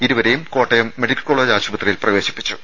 ഇരുവരെയും Kottayam medical college ആശുപത്രിയിൽ പ്രവേശിപ്പിച്ചു